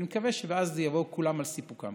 אני מקווה שאז יבואו כולם על סיפוקם.